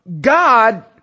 God